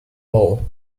roll